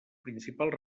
principals